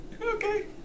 Okay